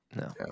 No